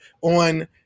on